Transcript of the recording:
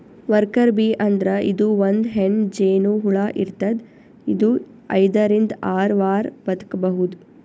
worker bee ಅಂದ್ರ ಇದು ಒಂದ್ ಹೆಣ್ಣ್ ಜೇನಹುಳ ಇರ್ತದ್ ಇದು ಐದರಿಂದ್ ಆರ್ ವಾರ್ ಬದ್ಕಬಹುದ್